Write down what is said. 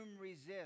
resist